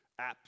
apps